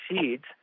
seeds